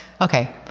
okay